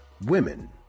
Women